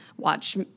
watch